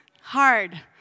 Hard